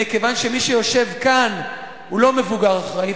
מכיוון שמי שיושב כאן הוא לא מבוגר אחראי,